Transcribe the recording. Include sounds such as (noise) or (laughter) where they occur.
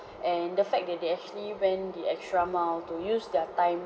(breath) and the fact that they actually went the extra mile to use their time